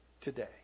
today